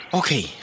okay